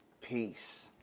Peace